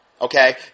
okay